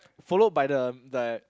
followed by the like